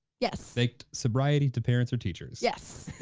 yes. faked sobriety to parents or teachers. yes.